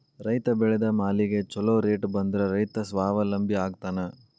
ರೈತ ಬೆಳೆದ ಮಾಲಿಗೆ ಛೊಲೊ ರೇಟ್ ಬಂದ್ರ ರೈತ ಸ್ವಾವಲಂಬಿ ಆಗ್ತಾನ